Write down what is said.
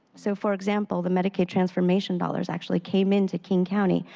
so for example, the medicaid transformation dollars actually came into king county.